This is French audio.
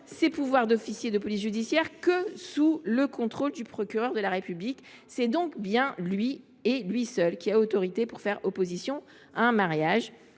ses fonctions d’officier de police judiciaire sous le contrôle du procureur de la République. C’est donc bien ce dernier, et lui seul, qui a autorité pour faire opposition à un mariage.